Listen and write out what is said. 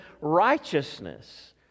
righteousness